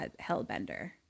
hellbender